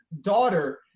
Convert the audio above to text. daughter